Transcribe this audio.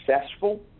successful